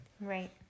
Right